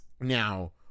now